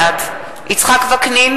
בעד יצחק וקנין,